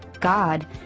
God